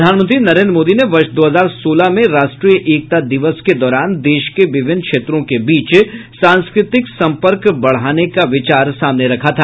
प्रधानमंत्री नरेन्द्र मोदी ने वर्ष दो हजार सोलह में राष्ट्रीय एकता दिवस के दौरान देश के विभिन्न क्षेत्रों के बीच सांस्कृतिक सम्पर्क बढ़ाने का विचार सामने रखा था